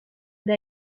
der